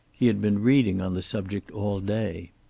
he had been reading on the subject all day.